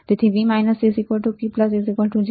તેથી V V 0